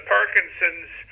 Parkinson's